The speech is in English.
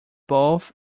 both